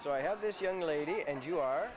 so i have this young lady and you are